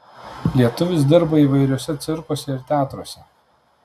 lietuvis dirba įvairiuose cirkuose ir teatruose